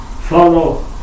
follow